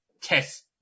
test